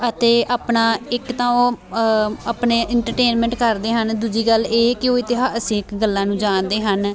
ਅਤੇ ਆਪਣਾ ਇੱਕ ਤਾਂ ਉਹ ਆਪਣੇ ਇੰਟਰਟੇਨਮੈਂਟ ਕਰਦੇ ਹਨ ਦੂਜੀ ਗੱਲ ਇਹ ਕਿ ਉਹ ਇਤਿਹਾਸਿਕ ਗੱਲਾਂ ਨੂੰ ਜਾਣਦੇ ਹਨ